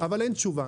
אבל אין תשובה.